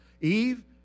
Eve